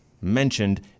mentioned